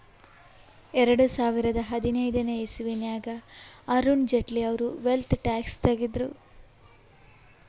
ಎರಡು ಸಾವಿರದಾ ಹದಿನೈದನೇ ಇಸವಿನಾಗ್ ಅರುಣ್ ಜೇಟ್ಲಿ ಅವ್ರು ವೆಲ್ತ್ ಟ್ಯಾಕ್ಸ್ ತಗುದ್ರು